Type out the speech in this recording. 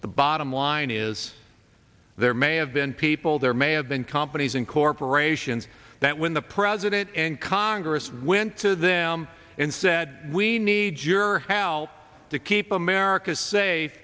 but the bottom line is there may have been people there may have been companies and corporations that when the president and congress went to them and said we need your help to keep america say